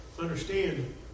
understand